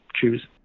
choose